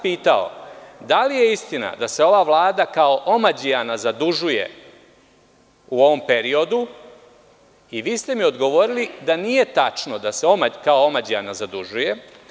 Pitao sam – da li je istina da se ova Vlada kao omađijana zadužuje u ovom periodu i vi ste mi odgovorili da nije tačno da se kao omađijana zadužuje.